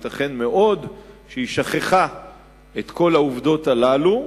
ייתכן מאוד שהיא שכחה את כל העובדות הללו.